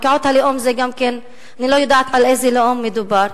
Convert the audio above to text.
קרקעות הלאום, אני לא יודעת על איזה לאום מדובר.